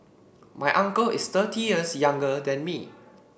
my uncle is thirty years younger than me